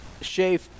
Shafe